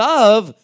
Love